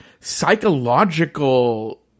psychological